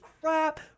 crap